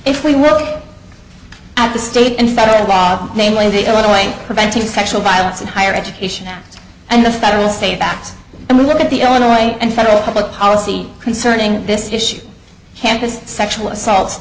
if we will at the state and federal law namely the other way preventing sexual violence and higher education and the federal state act and we look at the illinois and federal public policy concerning this issue campus sexual assault